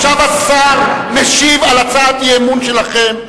עכשיו השר משיב על הצעת אי-אמון שלכם,